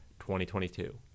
2022